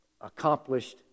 accomplished